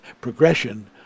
progression